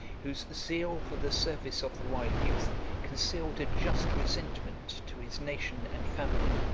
whose zeal for the service of the royal youth concealed a just resentment to his nation and family.